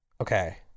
Okay